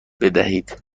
بدهید